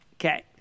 Okay